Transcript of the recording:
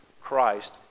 Christ